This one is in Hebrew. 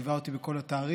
הוא ליווה אותי בכל התהליך,